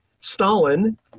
Stalin